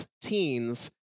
teens